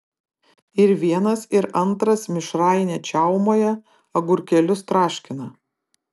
ir vienas ir antras mišrainę čiaumoja agurkėlius traškina